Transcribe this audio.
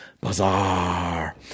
Bazaar